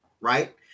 right